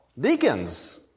deacons